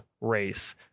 race